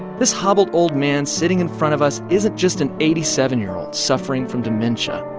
this hobbled old man sitting in front of us isn't just an eighty seven year old suffering from dementia.